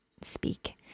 speak